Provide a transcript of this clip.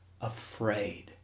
afraid